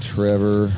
Trevor